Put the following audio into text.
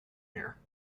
here